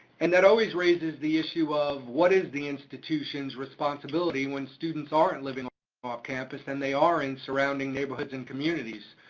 and that always raises the issue of, what is the institution's responsibility when students are and living off-campus and they are in surrounding neighborhoods and communities?